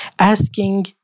asking